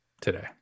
today